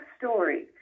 story